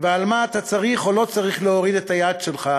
ועל מה אתה צריך להוריד או לא צריך להוריד את היד שלך,